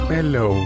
Hello